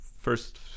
first